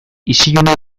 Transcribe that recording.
isilune